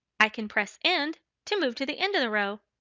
i can press end to move to the end of the row.